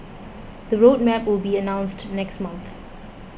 the road map will be announced next month